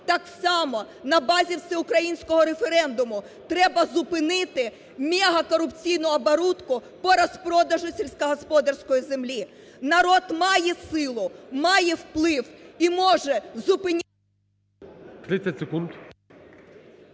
так само на базі всеукраїнського референдуму треба зупинити мегакорупційну оборуткупо розпродажу сільськогосподарської землі. Народ має силу, має вплив і може…